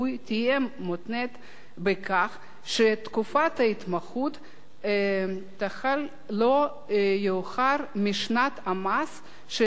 מותנית בכך שתקופת ההתמחות תחל לא יאוחר משנת המס שלאחר